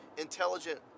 intelligent